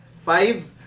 five